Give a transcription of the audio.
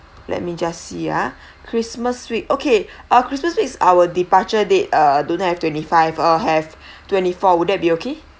let me just see ah christmas week okay our christmas week is our departure date uh don't have twenty five uh have twenty four would that be okay